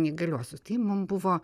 neįgaliuosius tai mum buvo